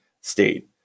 state